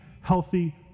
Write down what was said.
healthy